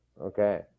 Okay